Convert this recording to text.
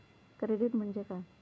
Credit म्हणजे काय?